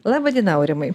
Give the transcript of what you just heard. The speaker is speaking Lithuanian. laba diena aurimai